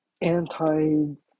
anti